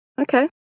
Okay